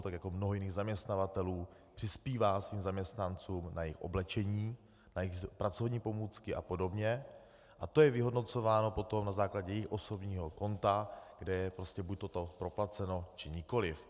Tak jako mnoho jiných zaměstnavatelů přispívá svým zaměstnancům na jejich oblečení, na jejich pracovní pomůcky apod. a to je vyhodnocováno potom na základě jejich osobního konta, kde je prostě buď toto proplaceno, či nikoliv.